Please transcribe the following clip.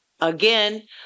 again